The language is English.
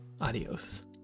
Adios